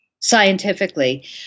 scientifically